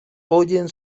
oyen